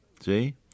See